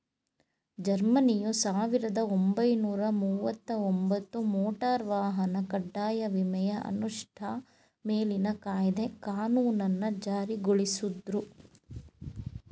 ಜರ್ಮನಿಯು ಸಾವಿರದ ಒಂಬೈನೂರ ಮುವತ್ತಒಂಬತ್ತು ಮೋಟಾರ್ ವಾಹನ ಕಡ್ಡಾಯ ವಿಮೆಯ ಅನುಷ್ಠಾ ಮೇಲಿನ ಕಾಯ್ದೆ ಕಾನೂನನ್ನ ಜಾರಿಗೊಳಿಸುದ್ರು